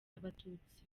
abatutsi